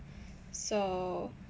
so